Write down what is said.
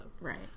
Right